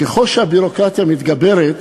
ככל שהביורוקרטיה מתגברת,